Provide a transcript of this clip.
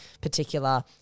particular